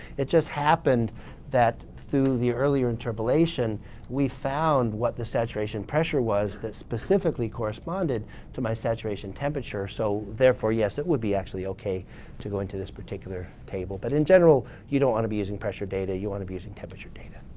it just happened that through the earlier interpolation we found what the saturation pressure was that specifically corresponded to my saturation temperature. so, therefore, yes, it would be actually okay to go into this particular table. but, in general, you don't want to be using pressure data. you want to be using temperature data.